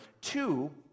Two